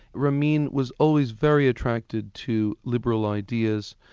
ramin was always very attracted to liberal ideas,